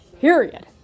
period